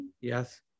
yes